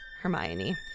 Hermione